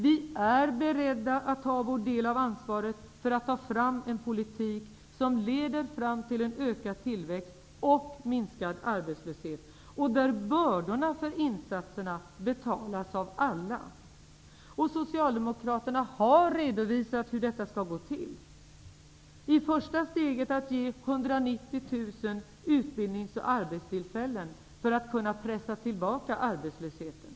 Vi är beredda att ta vår del av ansvaret för att ta fram en politik som leder fram till ökad tillväxt och minskad arbetslöshet, och där bördorna för insatserna betalas av alla. Socialdemokraterna har redovisat hur detta skall gå till. Det första steget är att ge 190 000 utbildnings och arbetstillfällen för att kunna pressa tillbaka arbetslösheten.